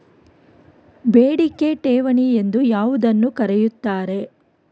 ಬೇಡಿಕೆ ಠೇವಣಿ ಎಂದು ಯಾವುದನ್ನು ಕರೆಯುತ್ತಾರೆ?